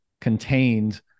contained